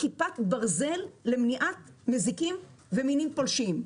כיפת ברזל למניעת מזיקים ומינים פולשים.